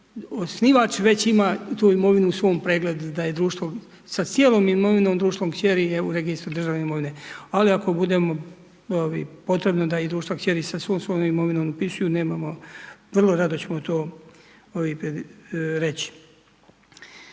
osnivač već ima tu imovinu u svom pregledu da je društvo sa cijelom imovinom društvo kćeri je u registru državne imovne. Ali, ako budemo potrebno da i društva kćeri sa svom svojom imovinom upisuju, nemamo, vrlo rado ćemo to reći.